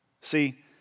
See